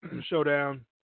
Showdown